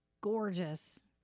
gorgeous